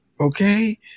Okay